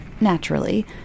Naturally